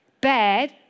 bad